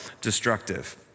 destructive